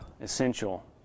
essential